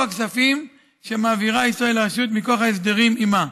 הכספים שמעבירה ישראל לרשות מכוח ההסדרים עימה.